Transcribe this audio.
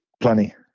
plenty